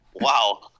Wow